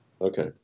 Okay